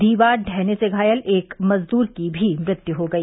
दीवार ढहने से घायल एक मजदूर की भी मृत्यु हो गई